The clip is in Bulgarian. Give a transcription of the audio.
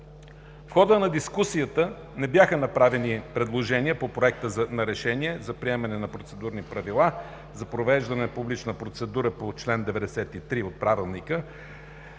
В хода на дискусията не бяха направени предложения по Проекта на решение за приемане на процедурни правила за провеждане на публична процедура по чл. 93 от Правилника